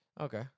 Okay